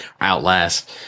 Outlast